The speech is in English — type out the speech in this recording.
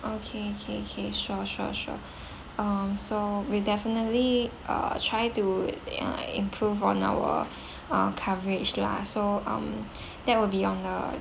okay okay okay sure sure sure um so we'll definitely uh try to err improve on our uh coverage lah so um that will be on a